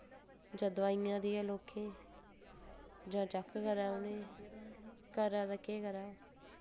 जां दोआइआं देऐ लोकें जां चैक्क करै उ'नें करै ते केह् करै